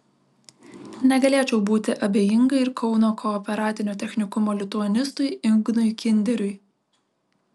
negalėčiau būti abejinga ir kauno kooperatinio technikumo lituanistui ignui kinderiui